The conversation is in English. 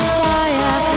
fire